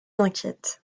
inquiète